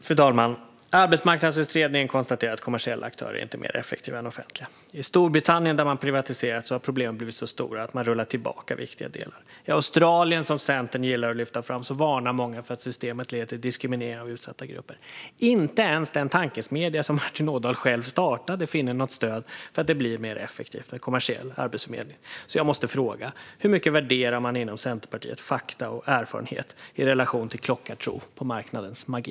Fru talman! Arbetsmarknadsutredningen konstaterade att kommersiella aktörer inte är mer effektiva än offentliga. I Storbritannien, där man har privatiserat, har problemen blivit så stora att man rullat tillbaka viktiga delar. I Australien, som Centern gillar att lyfta fram, varnar många för att systemet leder till diskriminering av utsatta grupper. Inte ens den tankesmedja som Martin Ådahl själv startade finner något stöd för att det skulle bli mer effektivt med kommersiell arbetsförmedling. Jag måste därför fråga: Hur mycket värderar man inom Centerpartiet fakta och erfarenhet i relation till klockartro på marknadens magi?